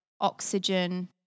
oxygen